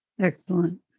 Excellent